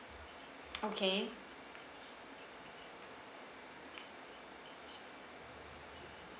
okay